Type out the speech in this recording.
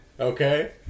Okay